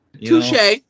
Touche